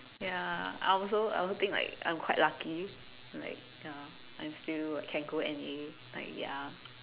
ya I also I also think like I'm quite lucky like ya I'm still like can go N_A like ya